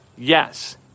Yes